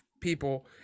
people